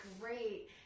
great